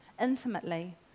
intimately